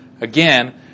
Again